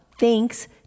thanks